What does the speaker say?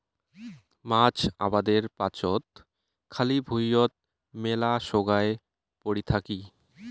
মাছ আবাদের পাচত খালি ভুঁইয়ত মেলা সমায় পরি থাকি